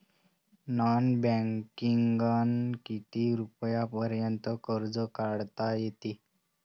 Non बँकिंगनं किती रुपयापर्यंत कर्ज काढता येते?